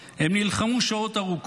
"הם נלחמו שעות ארוכות.